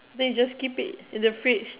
then you just keep it in the fridge